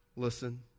Listen